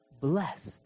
blessed